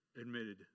admitted